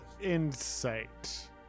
insight